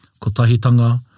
kotahitanga